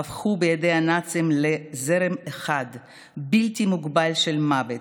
הפכו בידי הנאצים לזרם אחד בלתי מוגבל של מוות,